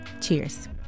Cheers